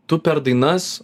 tu per dainas